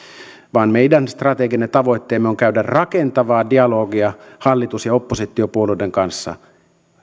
vaan meidän strateginen tavoitteemme on käydä rakentavaa dialogia hallitus ja oppositiopuolueiden kanssa